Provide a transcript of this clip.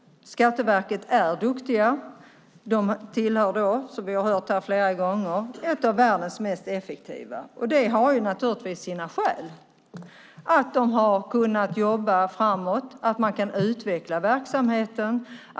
Skatteverket är duktigt. Skatteverket är ett av världens mest effektiva. Det har naturligtvis sina skäl. Man har kunnat jobba framåt. Man har kunnat utveckla verksamheten.